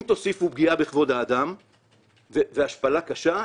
אם תוסיפו פגיעה בכבוד האדם והשפלה קשה,